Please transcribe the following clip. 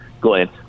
Glenn